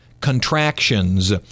contractions